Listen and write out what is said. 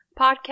podcast